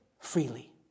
freely